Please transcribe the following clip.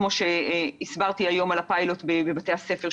כמו שהסברתי היום על הפיילוט בבתי הספר,